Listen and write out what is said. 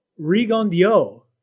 rigondio